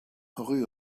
rue